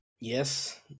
Yes